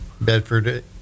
Bedford